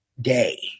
day